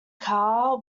car